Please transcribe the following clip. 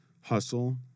Hustle